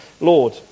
Lord